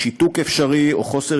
קולך הוסף